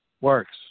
works